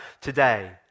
today